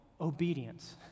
obedience